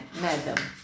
madam